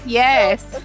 yes